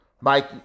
Mike